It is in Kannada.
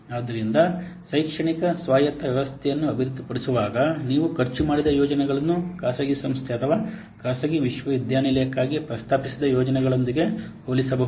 ಆದ್ದರಿಂದ ಶೈಕ್ಷಣಿಕ ಸ್ವಾಯತ್ತ ವ್ಯವಸ್ಥೆಯನ್ನು ಅಭಿವೃದ್ಧಿಪಡಿಸುವಾಗ ನೀವು ಖರ್ಚು ಮಾಡಿದ ಯೋಜನೆಗಳನ್ನು ಖಾಸಗಿ ಸಂಸ್ಥೆ ಅಥವಾ ಖಾಸಗಿ ವಿಶ್ವವಿದ್ಯಾನಿಲಯಕ್ಕಾಗಿ ಪ್ರಸ್ತಾಪಿಸಿದ ಯೋಜನೆಗಳೊಂದಿಗೆ ಹೋಲಿಸಬಹುದು